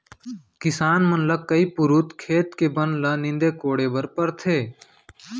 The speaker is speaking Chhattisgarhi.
किसान मन ल कई पुरूत खेत के बन ल नींदे कोड़े बर परथे